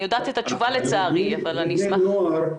אני יודעת את התשובה לצערי אבל אני אשמח --- לבני נוער,